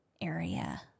area